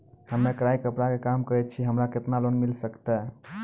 हम्मे कढ़ाई कपड़ा के काम करे छियै, हमरा केतना लोन मिले सकते?